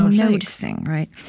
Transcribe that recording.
noticing, right?